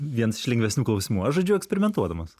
vienas iš lengvesnių klausimų aš žaidžiu eksperimentuodamas